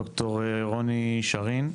ד"ר רוני שרון,